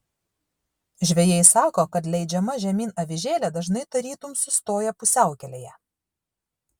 žvejai sako kad leidžiama žemyn avižėlė dažnai tarytum sustoja pusiaukelėje